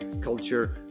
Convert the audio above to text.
culture